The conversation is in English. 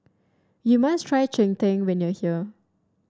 you must try Cheng Tng when you are here